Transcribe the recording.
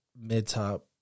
mid-top